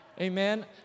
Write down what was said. Amen